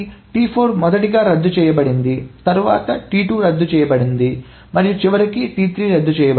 కాబట్టి T4 మొదటగా రద్దు చేయబడింది తరువాత T2 రద్దు చేయబడింది మరియు చివరకు T3 రద్దు చేయబడింది